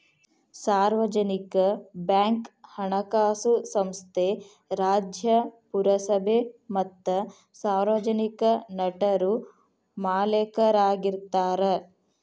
ಸಾರ್ವಜನಿಕ ಬ್ಯಾಂಕ್ ಹಣಕಾಸು ಸಂಸ್ಥೆ ರಾಜ್ಯ, ಪುರಸಭೆ ಮತ್ತ ಸಾರ್ವಜನಿಕ ನಟರು ಮಾಲೇಕರಾಗಿರ್ತಾರ